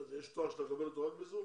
יש תואר שאתה מקבל אותו רק ב-זום?